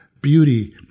beauty